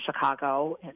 Chicago